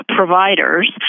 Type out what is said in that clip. Providers